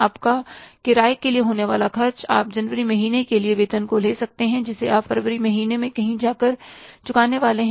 आपका किराए के लिए होने वाला खर्च आप जनवरी महीने के लिए वेतन को ले सकते हैं जिसे आप फरवरी महीने में कहीं जाकर चुकाने वाले हैं